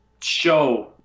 show